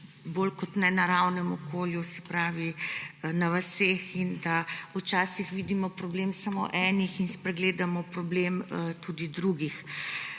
bolj kot ne v naravnem okolju, se pravi na vaseh. Včasih vidimo problem samo enih in spregledamo problem tudi drugih.